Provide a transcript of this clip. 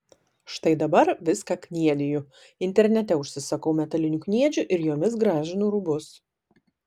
štai dabar viską kniediju internete užsisakau metalinių kniedžių ir jomis gražinu rūbus